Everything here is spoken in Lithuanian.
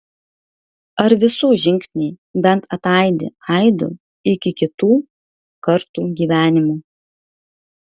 ar visų žingsniai bent ataidi aidu iki kitų kartų gyvenimų